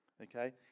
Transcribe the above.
Okay